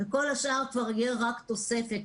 כל הזמן כבר יהיה כבר תוספת.